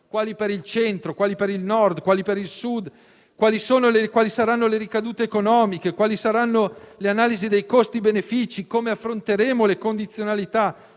quali per il Centro, quali per il Nord, quali per il Sud; quali saranno le ricadute economiche; quali saranno le analisi costi-benefici; come affronteremo le condizionalità.